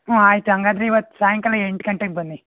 ಹೂಂ ಆಯ್ತು ಹಾಗಾದ್ರೆ ಇವತ್ತು ಸಾಯಂಕಾಲ ಎಂಟು ಗಂಟೆಗೆ ಬನ್ನಿ